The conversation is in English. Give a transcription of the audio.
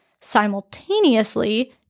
simultaneously